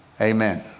Amen